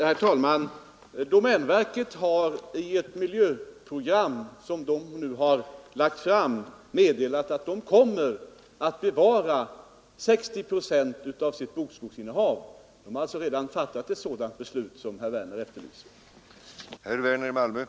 Herr talman! Domänverket har i ett nu framlagt miljöprogram meddelat att man kommer att bevara 60 procent av sitt bokskogsinnehav. Man har alltså redan fattat ett sådant beslut som det herr Werner efterlyser.